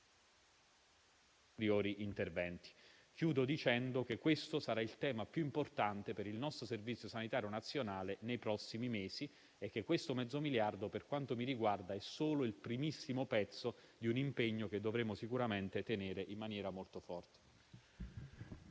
interventi. In conclusione, questo sarà il tema più importante per il nostro Servizio sanitario nazionale nei prossimi mesi, perché il mezzo miliardo, per quanto mi riguarda, è solo il primissimo pezzo di un impegno a cui dovremo sicuramente attenerci in maniera molto forte.